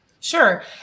Sure